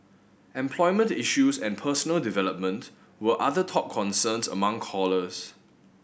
employment issues and personal development were other top concerns among callers